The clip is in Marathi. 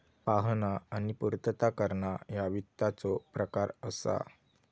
पाहणा आणि पूर्तता करणा ह्या वित्ताचो प्रकार असा